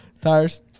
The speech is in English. Tires